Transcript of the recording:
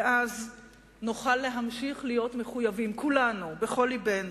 ואז נוכל להמשיך להיות מחויבים כולנו, בכל לבנו,